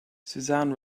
susan